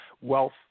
Wealth